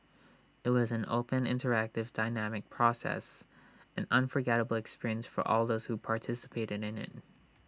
IT was an open interactive dynamic process an unforgettable experience for all those who participated in IT